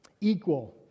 equal